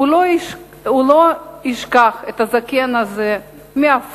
הוא לא ישכח את הזקן הזה מעפולה,